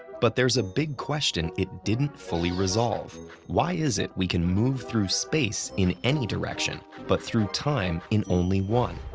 but there's a big question it didn't fully resolve why is it we can move through space in any direction, but through time in only one?